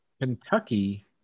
Kentucky